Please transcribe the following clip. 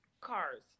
cars